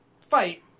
fight